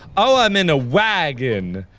oh ah i'm in a wagon!